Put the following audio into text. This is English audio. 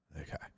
Okay